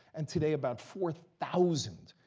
and today, about four thousand.